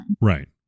Right